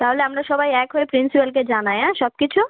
তাহলে আমরা সবাই এক হয়ে প্রিন্সিপালকে জানাই অ্যাঁ সব কিছু